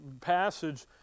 passage